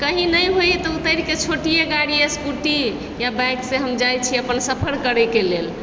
आओर कहि नहि होइ तऽ उतरिके छोटिये गाड़ी स्कूटी या बाइकसे हम जाइ छी अपन सफर करैके लेल